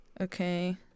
Okay